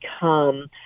become